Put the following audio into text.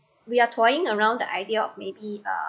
we are toying around the idea maybe uh